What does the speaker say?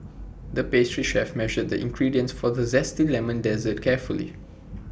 the pastry chef measured the ingredients for the Zesty Lemon Dessert carefully